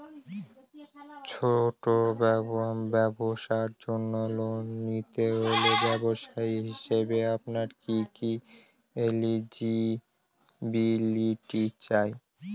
ছোট ব্যবসার জন্য লোন নিতে হলে ব্যবসায়ী হিসেবে আমার কি কি এলিজিবিলিটি চাই?